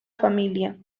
familia